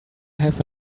have